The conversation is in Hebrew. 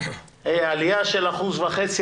עלייה של 1.5%,